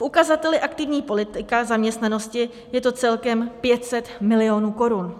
V ukazateli aktivní politika zaměstnanosti je to celkem 500 milionů korun.